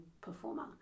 performer